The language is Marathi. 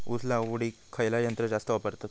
ऊस लावडीक खयचा यंत्र जास्त वापरतत?